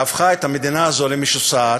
שהפכה את המדינה הזאת למשוסעת,